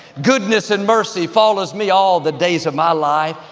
goodness and mercy follows me all the days of my life.